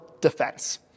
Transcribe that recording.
defense